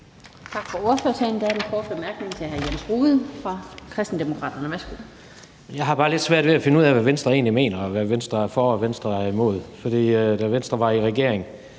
Jeg har bare lidt svært ved at finde ud af, hvad Venstre egentlig mener, og hvad Venstre er for og Venstre er imod. For da Venstre var i regering,